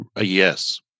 yes